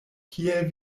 kiel